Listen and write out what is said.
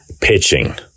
pitching